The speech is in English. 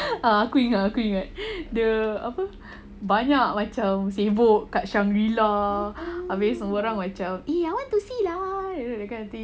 ah aku ingat aku ingat the apa banyak macam sibuk kat shangri-la tapi semua orang macam !ee! I want to see liao ah that kind of thing